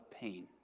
pain